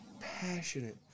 Passionate